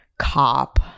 cop